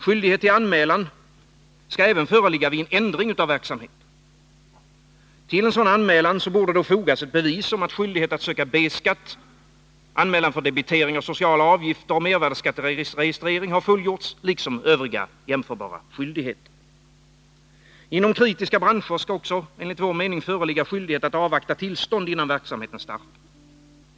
Skyldighet att göra anmälan skall även föreligga vid ändring av verksamhet. Till en sådan anmälan borde fogas bevis om att skyldighet att söka B-skatt, anmälan för debitering av sociala avgifter och mervärdeskattregistrering fullgjorts, liksom övriga jämförbara skyldigheter. Inom kritiska branscher skall också enligt vår mening föreligga skyldighet att avvakta tillstånd innan verksamheten startar.